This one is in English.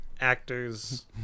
actors